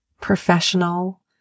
professional